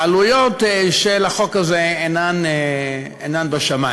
העלויות של החוק הזה אינן בשמים,